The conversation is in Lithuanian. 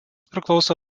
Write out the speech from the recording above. priklauso